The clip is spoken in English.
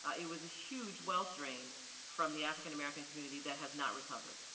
ah it was a huge wealth drain from the african american community that has not recovered.